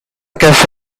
cafe